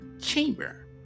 chamber